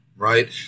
Right